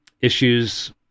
issues